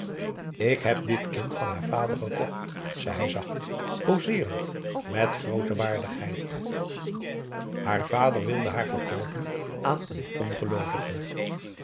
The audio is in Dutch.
ik heb dit kind van haar vader gekocht zei hij zacht poseerend met groote waardigheid haar vader wilde haar verkoopen aan een